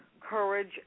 courage